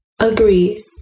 Agree